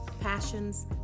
passions